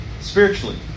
spiritually